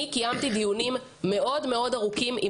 אני קיימתי דיונים מאוד מאוד ארוכים עם